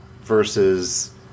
versus